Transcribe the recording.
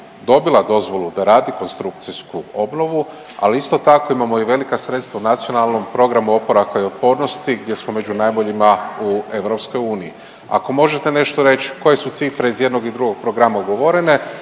dobila dozvolu da radi konstrukcijsku obnovu, ali isto tako imamo i velika sredstva NPOO-a gdje smo među najboljima u EU. Ako možete nešto reć koje su cifre iz jednog i drugog programa ugovorene